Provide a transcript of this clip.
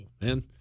Man